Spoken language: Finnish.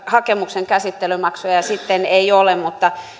hakemuksen käsittelymaksu ja sitten ei ole mutta